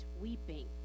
weeping